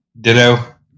Ditto